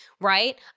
right